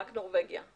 רק נורבגיה.